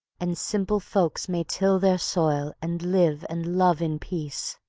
and simple folks may till their soil and live and love in peace.